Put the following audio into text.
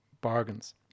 bargains